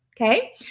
okay